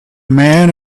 man